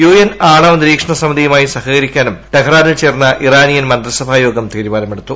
UN ആണവ നിരീക്ഷണ സമിതിയുമായി സഹകരിക്കാനൂക്ട്ടെഹ്റാനിൽ ചേർന്ന ഇറാനിയൻ മന്ത്രിസഭാ യോഗം തീരുമാനമെടുത്തു